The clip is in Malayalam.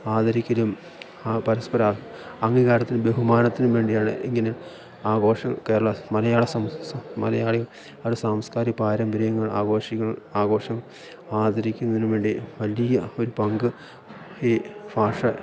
ആദരിക്കലും ആ പരസ്പര അംഗീകാരത്തിന് ബഹുമാനത്തിന് വേണ്ടിയാണ് ഇങ്ങനെ ആഘോഷം കേരള മലയാള മലയാളികൾ സാംസ്കാരിക പാരമ്പര്യങ്ങൾ ആഘോഷിക്കൽ ആഘോഷം ആദരിക്കുന്നതിനും വേണ്ടി വലിയ ഒരു പങ്ക് ഈ ഭാഷ